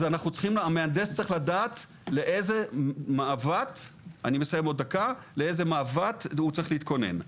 אז המהנדס צריך לדעת לאיזה מעוות הוא צריך להתכונן.